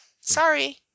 Sorry